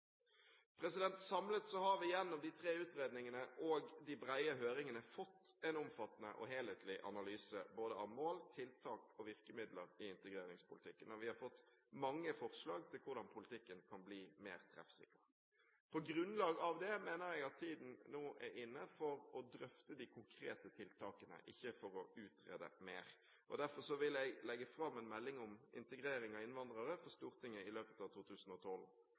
har vi gjennom de tre utredningene og de brede høringene fått en omfattende og helhetlig analyse av både mål, tiltak og virkemidler i integreringspolitikken, og vi har fått mange forslag til hvordan politikken kan bli mer treffsikker. På grunnlag av det mener jeg at tiden nå er inne for å drøfte de konkrete tiltakene, ikke for å utrede mer. Derfor vil jeg legge fram en melding om integrering av innvandrere for Stortinget i løpet av 2012.